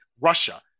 Russia